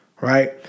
right